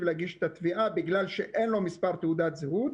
ולהגיש את התביעה בגלל שאין לו מספר תעודת זהות,